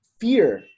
fear